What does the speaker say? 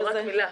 רק מילה.